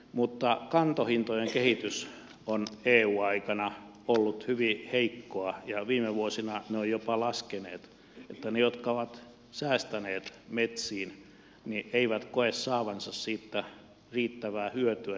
mutta kantohintojen kehitys on eu aikana ollut hyvin heikkoa ja viime vuosina ne ovat jopa laskeneet niin että ne jotka ovat säästäneet metsiin eivät koe saavansa siitä riittävää hyötyä